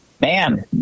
man